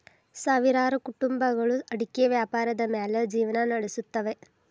ಸಾವಿರಾರು ಕುಟುಂಬಗಳು ಅಡಿಕೆ ವ್ಯಾಪಾರದ ಮ್ಯಾಲ್ ಜಿವ್ನಾ ನಡಸುತ್ತವೆ